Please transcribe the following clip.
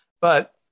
but-